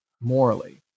morally